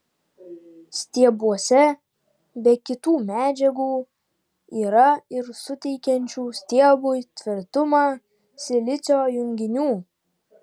stiebuose be kitų medžiagų yra ir suteikiančių stiebui tvirtumą silicio junginių